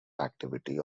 activity